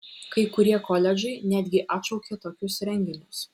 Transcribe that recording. kai kurie koledžai netgi atšaukė tokius renginius